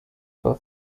for